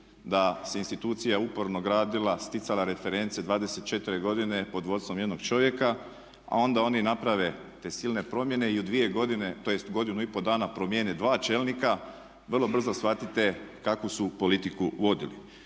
da se institucija uporno gradila, sticala reference 24 godine pod vodstvom jednog čovjeka, a onda oni naprave te silne promjene i u 2 godine, tj. u 1,5 dana promijene dva čelnika, vrlo brzo shvatite kakvu su politiku vodili.